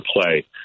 play